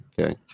Okay